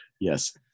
Yes